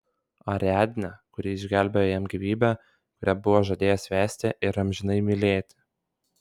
ariadnę kuri išgelbėjo jam gyvybę kurią buvo žadėjęs vesti ir amžinai mylėti